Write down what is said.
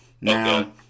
Now